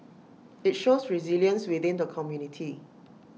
IT shows resilience within the community